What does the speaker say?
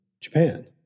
Japan